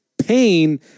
Pain